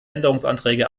änderungsanträge